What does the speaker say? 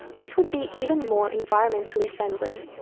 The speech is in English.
this would be even more environmentally friendly.